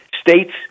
State's